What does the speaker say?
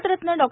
भारतरतत्न डॉ